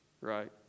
Right